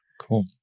Cool